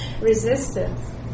resistance